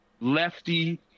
lefty